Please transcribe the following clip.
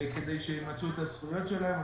כדי שימצו את הזכויות שלהם.